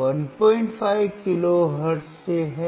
15 kilohertz से है